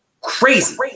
Crazy